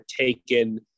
taken